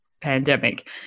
pandemic